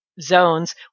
zones